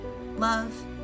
love